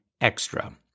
extra